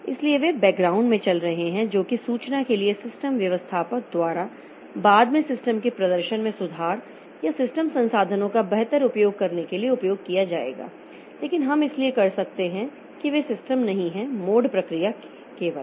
इसलिए वे बैकग्राउंड में चल रहे हैं जो कि सूचना के लिए सिस्टम व्यवस्थापक द्वारा बाद में सिस्टम के प्रदर्शन में सुधार या सिस्टम संसाधनों का बेहतर उपयोग करने के लिए उपयोग किया जाएगा लेकिन हम इसलिए कर सकते हैं कि वे सिस्टम नहीं हैं मोड प्रक्रिया केवल